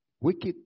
Wicked